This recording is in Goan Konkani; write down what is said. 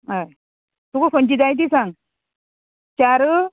हय तुका खंयची जाय ती सांग चार